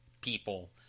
people